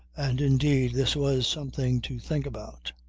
and indeed this was something to think about.